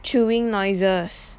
chewing noises